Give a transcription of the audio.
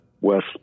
West